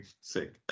sick